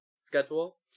schedule